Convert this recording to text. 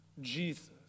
Jesus